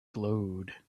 glowed